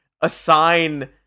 assign